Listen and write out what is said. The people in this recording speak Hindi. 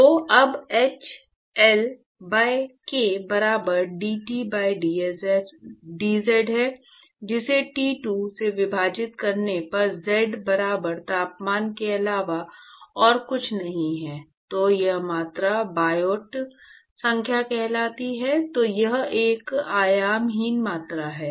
तो अब h L by k बराबर dT by dz है जिसे T2 से विभाजित करने पर z बराबर तापमान के अलावा और कुछ नहीं है तो यह मात्रा बायोट संख्या कहलाती है तो यह एक आयामहीन मात्रा है